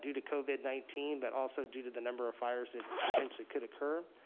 due to covid nineteen, but also due to the number of fires that potentially could occur.